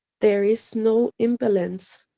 there is no imbalance.